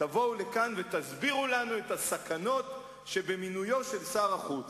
תבואו לכאן ותסבירו לנו את הסכנות שבמינויו של שר החוץ.